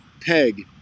peg